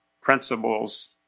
principles